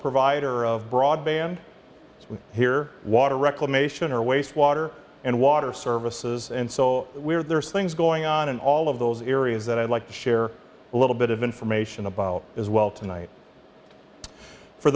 provider of broadband here water reclamation or waste water and water services and so we're there are things going on in all of those areas that i'd like to share a little bit of information about as well tonight for